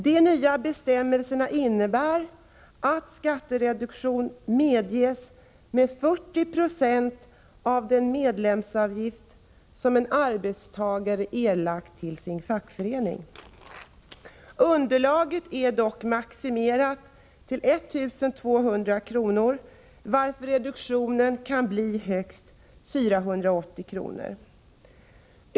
De nya bestämmelserna innebär att skattereduktion medges med 40 96 av den medlemsavgift som en arbetstagare har erlagt till sin fackförening. Underlaget är dock maximerat till I 200 kr., varför reduktionen kan bli högst 480 kr.